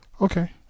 Okay